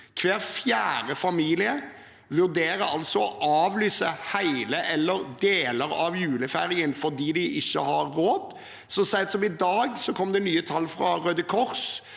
Hver fjerde familie vurderer altså å avlyse hele eller deler av julefeiringen fordi de ikke har råd. Så sent som i dag kom det nye tall fra Røde Kors